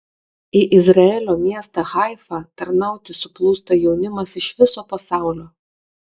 į izraelio miestą haifą tarnauti suplūsta jaunimas iš viso pasaulio